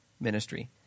ministry